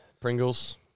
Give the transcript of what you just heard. Pringles